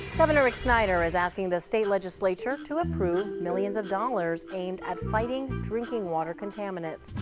governor snyder is asking the state legislature to approve millions of dollars aimed at fighting drinking water contaminants.